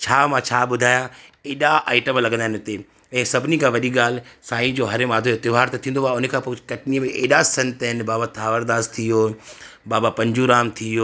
छा मा छा ॿुधायां एॾा आईटम लॻंदा आहिनि इते ऐं सभिनी खां वॾी ॻाल्हि साईं जो हरे माधव जो त्योहारु त थींदो आहे उन खां पोइ कटनीअ में एॾा संत आहिनि बाबा थांवरदास थी वियो बाबा पंजू राम थी वियो